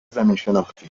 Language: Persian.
زمینشناختی